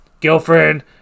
girlfriend